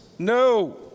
No